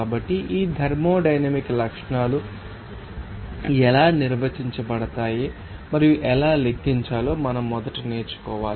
కాబట్టి ఈ థర్మోడైనమిక్ లక్షణాలు ఎలా నిర్వచించబడతాయి మరియు ఎలా లెక్కించాలో మనం మొదట నేర్చుకోవాలి